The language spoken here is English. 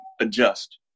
adjust